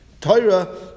Torah